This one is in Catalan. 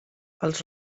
els